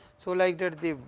so like that the,